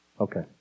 Okay